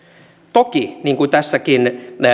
toki niin kuin tässäkin